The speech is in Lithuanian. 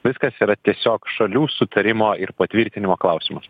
viskas yra tiesiog šalių sutarimo ir patvirtinimo klausimas